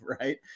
right